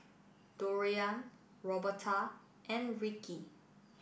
Dorian Roberta and Ricky